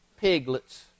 piglets